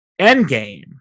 Endgame